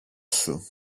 σου